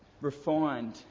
refined